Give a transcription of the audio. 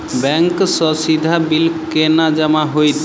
Bank सँ सीधा bill केना जमा होइत?